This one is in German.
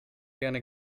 gerne